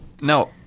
No